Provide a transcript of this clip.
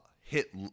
hit